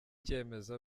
ikemezo